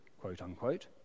quote-unquote